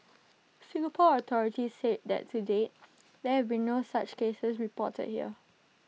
Singapore authorities said that to date there have been no such cases reported here